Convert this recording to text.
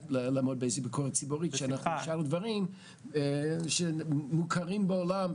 לעמוד באיזו ביקורת ציבורית כשאנחנו נשאל דברים שמוכרים בעולם,